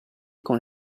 con